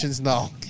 Now